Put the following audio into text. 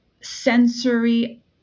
sensory